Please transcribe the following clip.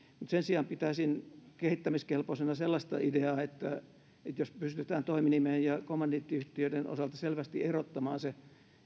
sen sijaan pitäisin kehittämiskelpoisena sellaista ideaa että jos pystytään toiminimien ja kommandiittiyhtiöiden osalta selvästi erottamaan se